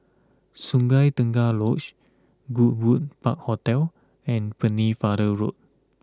Sungei Tengah Lodge Goodwood Park Hotel and Pennefather Road